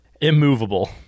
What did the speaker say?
Immovable